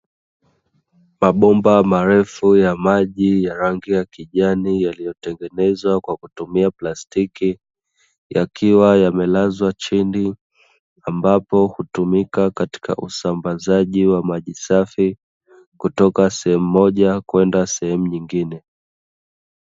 Mabomba marefu ya maji ya rangi ya kijani yaliyotengenezwa kwa kutumia plastiki, yakiwa yamelazwa chini, ambapo hutumika katika usambazaji wa maji safi kutoka sehemu moja kwenda sehemu nyingine.